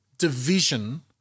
division